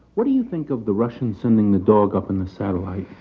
what do you think of the russian sending the dog up in the satellite?